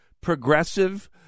progressive